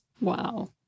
Wow